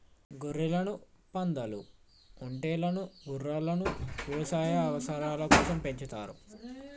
గొర్రెలను, పందాలు, ఒంటెలను గుర్రాలను యవసాయ అవసరాల కోసం పెంచుతారు